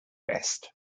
best